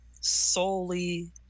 solely